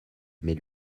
mais